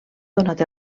donat